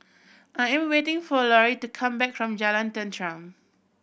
I am waiting for Lorri to come back from Jalan Tenteram